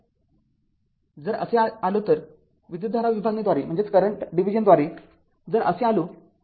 तरजर असे आलो तर विद्युतधारा विभागणीद्वारे जर असे आलो